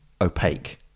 opaque